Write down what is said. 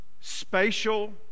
spatial